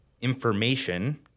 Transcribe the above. information